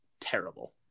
terrible